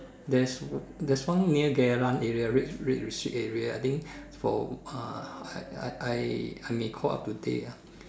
there's there's one near Geylang area red red district area I think for uh I I I I may call up today ah